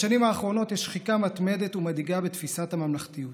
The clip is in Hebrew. בשנים האחרונות יש שחיקה מתמדת ומדאיגה בתפיסת הממלכתיות.